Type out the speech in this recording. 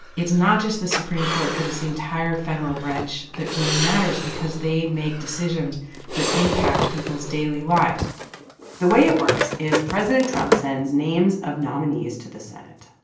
it's not just the supreme court. but it's the entire federal branch that really matters because they make decisions that impact people's daily lives the way it works is president trump sends names of nominees to the senate,